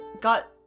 got